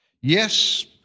yes